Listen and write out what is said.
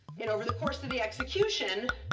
and over the course of the execution,